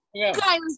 Guys